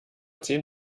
zehn